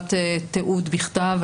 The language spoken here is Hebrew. חובת תיעוד בכתב.